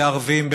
בערבים,